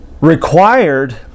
required